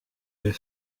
les